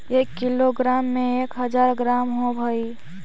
एक किलोग्राम में एक हज़ार ग्राम होव हई